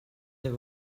the